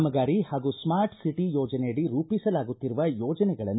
ಕಾಮಗಾರಿ ಹಾಗೂ smart city ಯೋಜನೆಯಡಿ ರೂಪಿಸಲಾಗುತ್ತಿರುವ ಯೋಜನೆಗಳನ್ನು